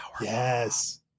Yes